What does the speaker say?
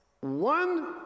one